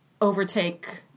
overtake